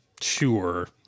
Sure